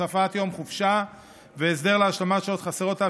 הוספת יום חופשה והסדר להשלמת שעות חסרות),